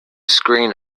screen